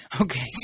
Okay